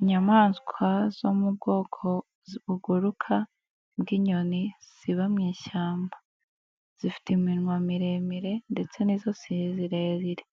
Inyamaswa zo mu bwoko buguruka bw'inyoni ziba mu ishyamba, zifite iminwa miremire ndetse n'izosi zirerire